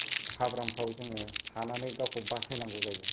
हाब्रां फोराव जोङो थानानै गावखौ बासायनांगौ जायो